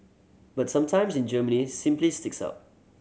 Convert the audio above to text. but sometimes in Germany simply sticks out